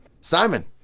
Simon